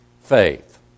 faith